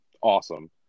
awesome